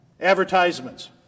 advertisements